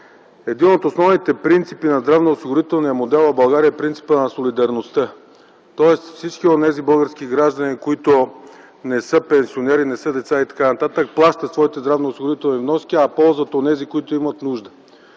Един от основните принципи на здравноосигурителния модел в България е принципът на солидарността. Тоест всички онези български граждани, които не са пенсионери, не са деца и така нататък, плащат своите здравноосигурителни вноски, а ползват онези, които имат нужда.